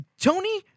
Tony